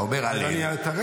אתה אומר, אז אני אתאמץ.